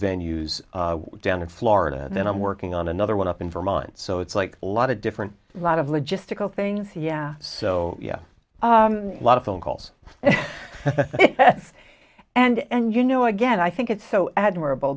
venue's down in florida and i'm working on another one up in vermont so it's like a lot of different lot of logistical things yeah so yeah a lot of phone calls and you know again i think it's so admirable